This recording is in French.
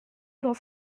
dans